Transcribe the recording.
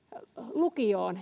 lukioon